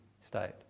state